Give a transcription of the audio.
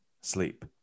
sleep